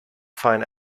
find